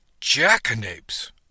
Jackanapes